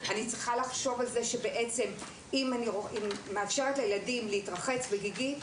אני צריכה לחשוב שאם אני מאפשרת לילדים להתרחץ בגיגית,